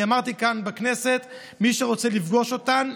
אני אמרתי כאן בכנסת: מי שרוצה לפגוש אותן,